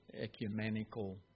ecumenical